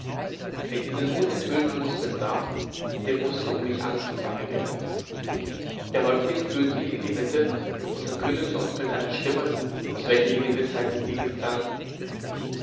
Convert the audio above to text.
wer diese nun enthüllten muskeln sah dem mußte um mich angst und bange werden der häuptling führte ihn in die mitte und verkündete uns mit einer stimme aus welcher die gewißheit des sieges klang